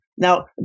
Now